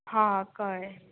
हा कळ्ळें